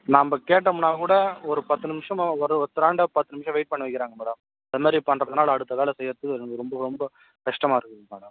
நம்ம கேட்டோம்னால் கூட ஒரு பத்து நிமிஷமாக ஒரு ஒருத்தராண்டா பத்து நிமிஷம் வெயிட் பண்ண வைக்கிறாங்க மேடம் இந்தமாரி பண்ணுறதுனால அடுத்த வேலை செய்கிறதுக்கு எனக்கு ரொம்ப ரொம்ப கஷ்டமாக இருக்குது மேடம்